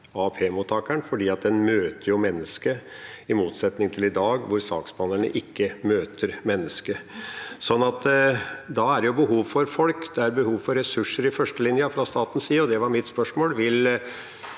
fordi en møter mennesket – i motsetning til i dag, hvor saksbehandlerne ikke møter mennesket. Da er det behov for folk, det er behov for ressurser i førstelinja fra statens side, og det var mitt spørsmål: